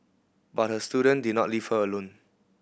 but her student did not leave her alone